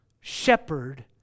shepherd